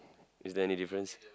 is there any difference